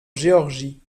géorgie